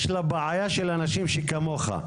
יש לה בעיה עם אנשים שכמוך.